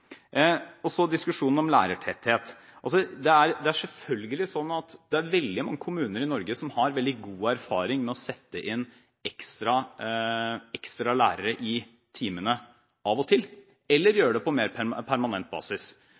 er selvfølgelig slik at det er veldig mange kommuner i Norge som har veldig god erfaring med å sette inn ekstra lærere i timene av og til – eller gjøre det på mer permanent basis.